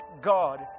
God